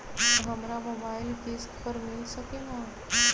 हमरा मोबाइल किस्त पर मिल सकेला?